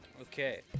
Okay